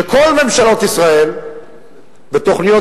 שכל ממשלות ישראל לא התקדמו בתוכניות